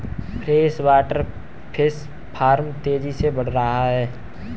freshwater fish farm तेजी से बढ़ रहा है